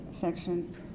section